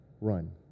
run